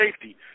safety